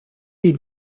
est